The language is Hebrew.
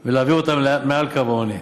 100,000 איש ולהעביר אותם מעל קו העוני.